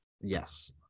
Yes